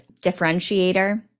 differentiator